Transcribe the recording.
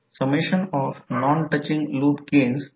हा कॉइल 1 चा mutual inductance आहे